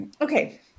Okay